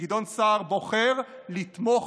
וגדעון סער בוחר לתמוך